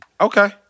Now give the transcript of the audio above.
Okay